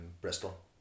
Bristol